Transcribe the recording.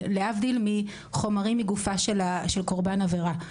להבדיל מחומרים מגופה של קורבן עבירה,